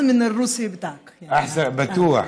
יותר טובה.) (אומרת בערבית: יותר טוב ממה שאתה מדבר רוסית.) בטוח.